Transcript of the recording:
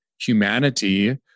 humanity